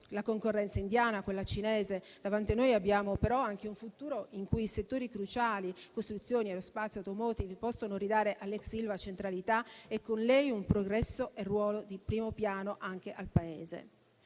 la concorrenza indiana e quella cinese. Davanti a noi abbiamo però anche un futuro in cui i settori cruciali (costruzioni, aerospazio, automotive) possono ridare all'ex Ilva centralità e con lei un progresso e un ruolo di primo piano anche al Paese.